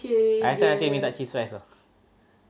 I rasa nanti I minta cheese fries ah